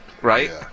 Right